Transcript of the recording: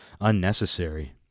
unnecessary